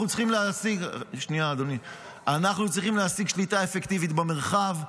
אנחנו צריכים להשיג שליטה אפקטיבית במרחב,